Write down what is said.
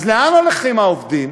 אז לאן הולכים העובדים?